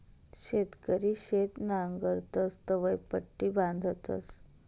शेतकरी शेत नांगरतस तवंय पट्टी बांधतस